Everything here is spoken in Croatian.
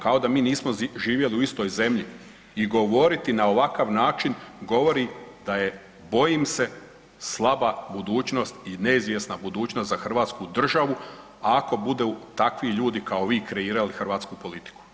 Kao da mi nismo živjeli u istoj zemlji i govoriti na ovakav način govori da je bojim se slaba budućnost i neizvjesna budućnost za Hrvatsku državu ako budu takvi ljudi kao vi kreirali hrvatsku politiku.